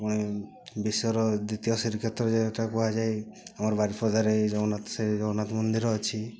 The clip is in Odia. ପୁଣି ବିଶ୍ୱର ଦ୍ୱିତୀୟ ଶ୍ରୀକ୍ଷେତ୍ର ଯେଉଁଟା କୁହାଯାଏ ଆମର ବାରିପଦାରେ ଜଗନ୍ନାଥ ସେ ଜଗନ୍ନାଥ ମନ୍ଦିର ଅଛି